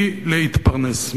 היא להתפרנס.